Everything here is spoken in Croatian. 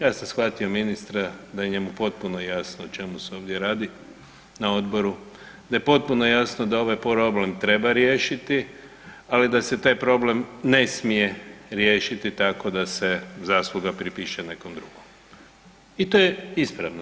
Ja sam shvatio ministra da je njemu potpuno jasno o čemu se ovdje radi na Odboru, da je potpuno jasno da ovaj problem treba riješiti ali da se taj problem ne smije riješiti tako da se zasluga pripiše nekom drugom i to je ispravno.